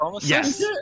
yes